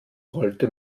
rollte